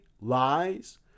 lies